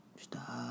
Stop